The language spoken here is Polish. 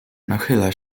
nachyla